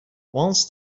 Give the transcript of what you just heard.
once